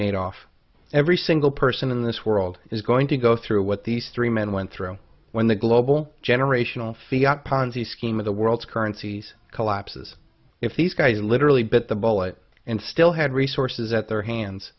madoff every single person in this world is going to go through what these three men went through when the global generational fiar ponzi scheme of the world's currencies collapses if these guys literally bit the bullet and still had resources at their hands